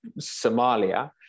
somalia